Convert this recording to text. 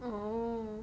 oh